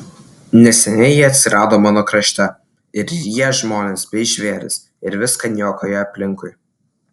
neseniai ji atsirado mano krašte ir ryja žmones bei žvėris ir viską niokoja aplinkui